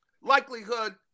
likelihood